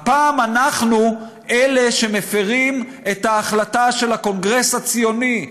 הפעם אנחנו אלה שמפרים את ההחלטה של הקונגרס הציוני,